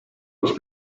los